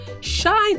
shine